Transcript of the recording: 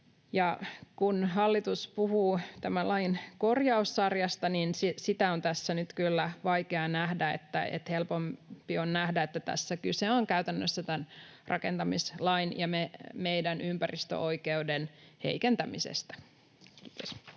Kun hallitus puhuu tämän lain korjaussarjasta, niin sitä on tässä nyt kyllä vaikea nähdä, ja helpompi on nähdä, että tässä kyse on käytännössä tämän rakentamislain ja meidän ympäristöoikeuden heikentämisestä. — Kiitos.